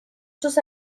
sus